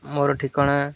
ମୋର ଠିକଣା